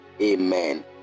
Amen